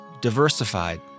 diversified